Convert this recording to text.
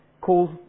call